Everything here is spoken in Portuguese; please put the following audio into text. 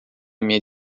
minha